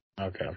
Okay